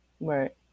Right